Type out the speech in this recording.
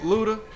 Luda